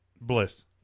Bliss